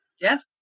Yes